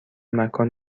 مکان